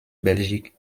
belgique